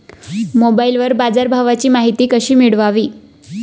मोबाइलवर बाजारभावाची माहिती कशी मिळवावी?